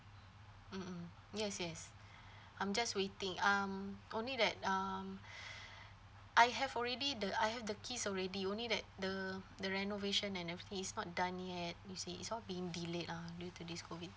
mm mm yes yes I'm just waiting um only that uh I have already the I have the keys already only that the the renovation and af~ he's not done yet you see it's all being delayed ah due to this COVID